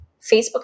Facebook